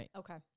okay